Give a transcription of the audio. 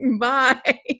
Bye